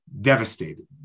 devastated